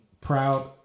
proud